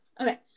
Okay